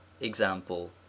example